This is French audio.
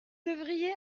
devriez